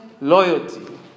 loyalty